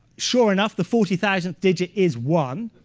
sure enough, the forty thousandth digit is one.